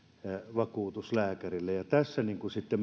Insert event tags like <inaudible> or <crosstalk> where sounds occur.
vakuutuslääkärille ja tässä sitten <unintelligible>